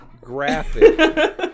graphic